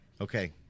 Okay